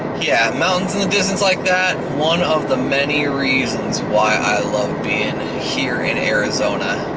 yeah, mountains in the distance like that, one of the many reasons why i love being here in arizona.